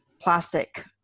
plastic